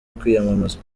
kwiyamamaza